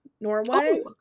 Norway